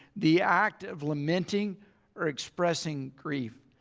the act of lamenting or expressing grief.